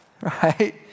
right